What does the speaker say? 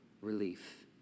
relief